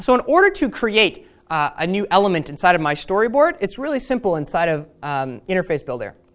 so in order to create a new element inside of my storyboard it's really simple inside of interface builder.